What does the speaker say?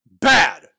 bad